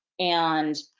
and,